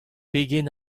pegen